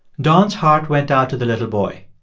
don's heart went out to the little boy.